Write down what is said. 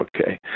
Okay